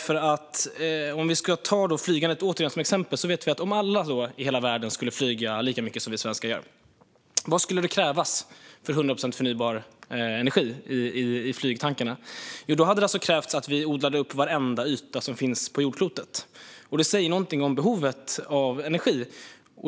För att återigen ta flygandet som exempel: Om alla i hela världen skulle flyga lika mycket som vi svenskar gör, vad skulle krävas för att ha 100 procent förnybar energi i flygplanstankarna? Jo, det skulle kräva att vi odlade upp varenda yta som finns på jordklotet. Det säger någonting om behovet av energi.